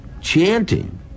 chanting